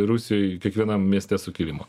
rusijoj kiekvienam mieste sukilimo